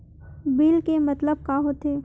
Bill के मतलब का होथे?